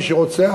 מי שרוצה,